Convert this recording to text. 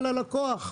על הלקוח.